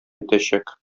итәчәк